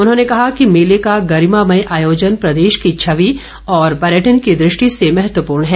उन्होंने कहा कि मेले का गरिमामय आयोजन प्रदेश की छवि और पर्यटन की दृष्टि से महत्वपूर्ण है